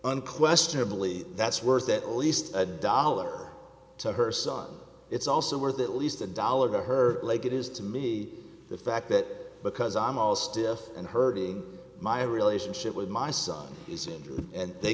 unquestionably that's worth at least a dollar to her son it's also worth at least a dollar to her like it is to me the fact that because i'm all stiff and hurting my relationship with my son is in and they